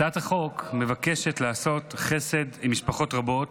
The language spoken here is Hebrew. הצעת החוק מבקשת לעשות חסד עם משפחות רבות